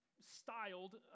styled